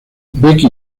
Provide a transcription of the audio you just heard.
becky